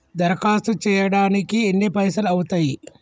దరఖాస్తు చేయడానికి ఎన్ని పైసలు అవుతయీ?